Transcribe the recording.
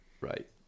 Right